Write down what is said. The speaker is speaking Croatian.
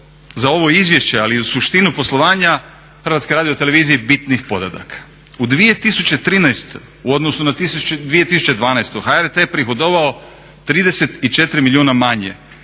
za ovo izvješće ali i u suštinu poslovanja HRT-a, bitnih podataka. U 2013. u odnosu na 2012. HRT je prihodovao 34 milijuna manje